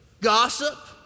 Gossip